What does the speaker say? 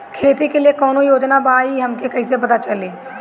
खेती के लिए कौने योजना बा ई हमके कईसे पता चली?